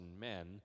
men